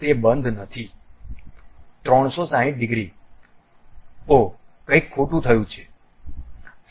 તે બંધ નથી 360 ડિગ્રી ઓહ કંઈક ખોટું થયું છે